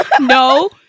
no